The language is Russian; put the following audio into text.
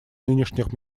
нынешних